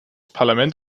parlament